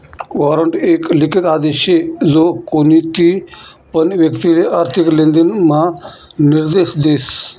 warrant एक लिखित आदेश शे जो कोणतीपण व्यक्तिले आर्थिक लेनदेण म्हा निर्देश देस